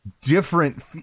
different